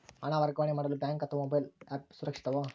ಹಣ ವರ್ಗಾವಣೆ ಮಾಡಲು ಬ್ಯಾಂಕ್ ಅಥವಾ ಮೋಬೈಲ್ ಆ್ಯಪ್ ಸುರಕ್ಷಿತವೋ?